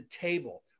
table